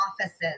offices